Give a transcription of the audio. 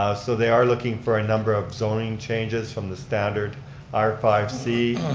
ah so they are looking for a number of zoning changes from the standard r five c.